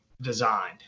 designed